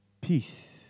Peace